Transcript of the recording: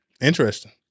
Interesting